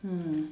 mm